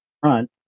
front